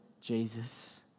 Jesus